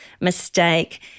mistake